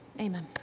amen